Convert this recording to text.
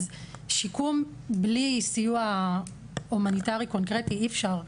אז שיקום בלי סיוע הומניטרי קונקרטי אי אפשר.